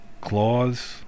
claws